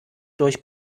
durch